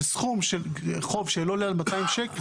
שסכום חוב שלא עולה על 2,000 שקל